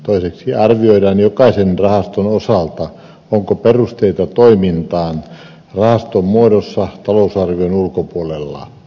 toiseksi arvioidaan jokaisen rahaston osalta onko perusteita toimintaan rahaston muodossa talousarvion ulkopuolella